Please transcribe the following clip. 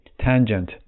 tangent